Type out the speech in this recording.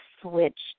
switch